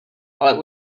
ale